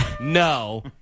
no